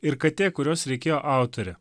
ir katė kurios reikėjo autorė